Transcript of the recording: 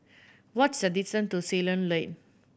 what is the distance to Ceylon Lane